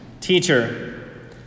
Teacher